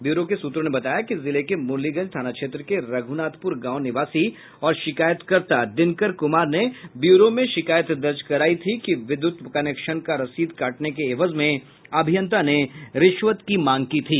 bureau के सूत्रों ने बताया कि जिले के मुरलीगंज थाना क्षेत्र के रघुनाथपुर गांव निवासी और शिकायतकर्ता दिनकर कुमार ने ब्यूरो में शिकायत दर्ज करायी थी कि विद्युत कनेक्शन का रसीद काटने के एवज में अभियंता ने रिश्वत की मांग की थी